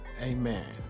amen